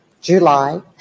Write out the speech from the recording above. July